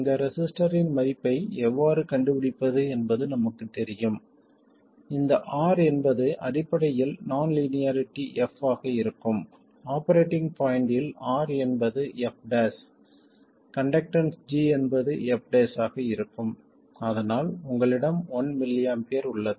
இந்த ரெசிஸ்டர் இன் மதிப்பை எவ்வாறு கண்டுபிடிப்பது என்பது நமக்குத் தெரியும் இந்த r என்பது அடிப்படையில் நான் லீனியாரிட்டி f ஆக இருக்கும் ஆபரேட்டிங் பாய்ண்ட்டில் r என்பது f கண்டக்டன்ஸ் g என்பது f ஆக இருக்கும் அதனால் உங்களிடம் 1mA உள்ளது